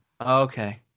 Okay